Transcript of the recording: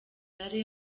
gare